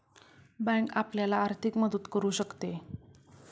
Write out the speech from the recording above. bank आपल्याला आर्थिक मदत करू शकते